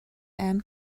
ant